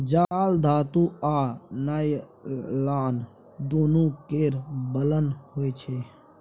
जाल धातु आ नॉयलान दुनु केर बनल होइ छै